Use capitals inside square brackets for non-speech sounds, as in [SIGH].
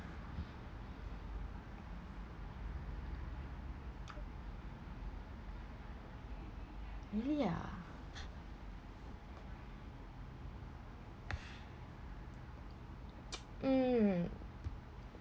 really ah [NOISE] mm